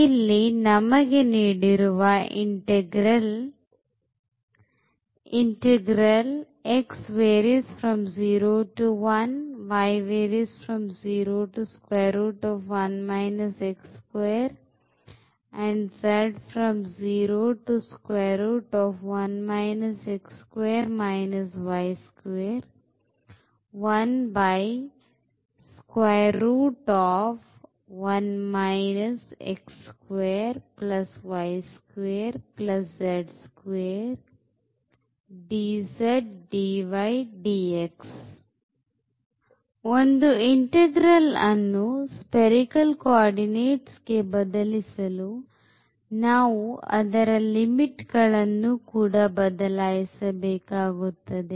integral ಅನ್ನು spherical coordinateಗೆ ಬದಲಿಸಲು ನಾವು ಅದರ ಲಿಮಿಟ್ ಗಳನ್ನು ಬದಲಾಯಿಸಬೇಕಾಗುತ್ತದೆ